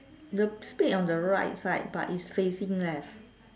the spade on the right side but is facing left